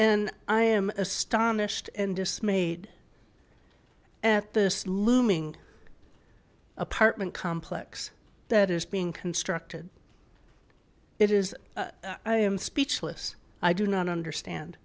and i am astonished and dismayed at this looming apartment complex that is being constructed it is i am speechless i do not understand